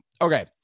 okay